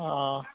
অঁ